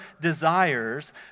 desires